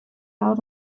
out